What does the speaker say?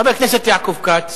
חבר הכנסת יעקב כץ,